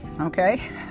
Okay